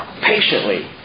patiently